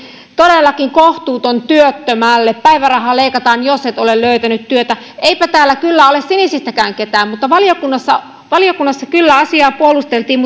todellakin kohtuuton työttömälle päivärahaa leikataan jos et ole löytänyt työtä eipä täällä kyllä ole sinisistäkään ketään valiokunnassa valiokunnassa kyllä asiaa puolusteltiin